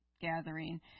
gathering